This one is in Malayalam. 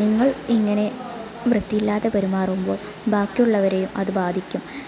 നിങ്ങൾ ഇങ്ങനെ വൃത്തിയില്ലാതെ പെരുമാറുമ്പോൾ ബാക്കിയുളളവരെയും അത് ബാധിക്കും